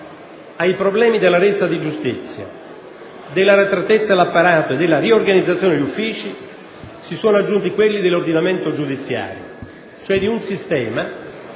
Ai problemi della resa di giustizia, dell'arretratezza dell'apparato e della riorganizzazione degli uffici, si sono aggiunti quelli dell'ordinamento giudiziario, cioè di un sistema